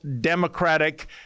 Democratic